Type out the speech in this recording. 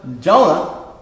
Jonah